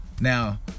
Now